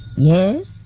Yes